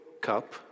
Cup